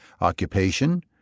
occupation